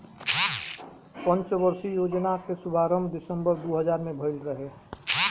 पंचवर्षीय योजना कअ शुरुआत दिसंबर दू हज़ार में भइल रहे